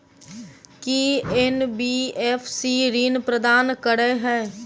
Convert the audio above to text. की N B F C ऋण प्रदान करे है?